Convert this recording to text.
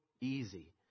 easy